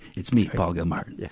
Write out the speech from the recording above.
it's me, paul gilmartin. yeah